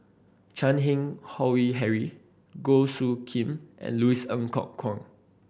Chan Keng Howe Harry Goh Soo Khim and Louis Ng Kok Kwang